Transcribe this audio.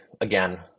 again